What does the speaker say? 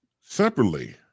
separately